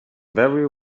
very